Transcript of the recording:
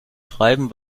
schreiben